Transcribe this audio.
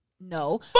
No